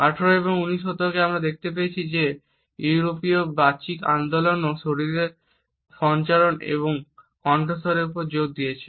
18 এবং 19 শতকে আমরা দেখতে পেয়েছি যে ইউরোপীয় বক্তৃতা আন্দোলনও শরীরের সঞ্চারণ এবং কণ্ঠস্বরের উপর জোর দিয়েছে